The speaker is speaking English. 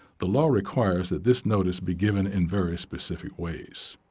the law requires that this notice be given in very specific ways.